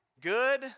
Good